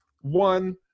one